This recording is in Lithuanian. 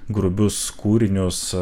grubius kūrinius